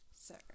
sir